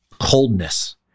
coldness